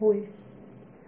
विद्यार्थी होय